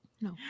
No